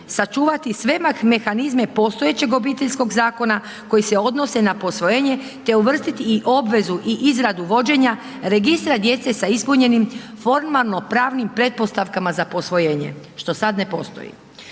sačuvati sve mehanizme postojećeg Obiteljskog zakona koji se odnose na posvojenje te uvrstiti i obvezu i izradu vođenja registra djece sa ispunjenim formalno pravnim pretpostavkama za posvojenje, što sada ne postoji.